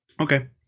Okay